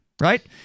right